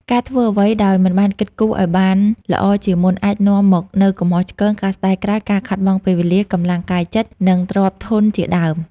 ការធ្វើអ្វីដោយមិនបានគិតគូរឱ្យបានល្អជាមុន អាចនាំមកនូវកំហុសឆ្គង ការស្តាយក្រោយ ការខាតបង់ពេលវេលា កម្លាំងកាយចិត្ត និងទ្រព្យធនជាដើម។